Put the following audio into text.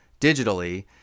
digitally